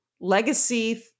legacy